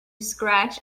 scratch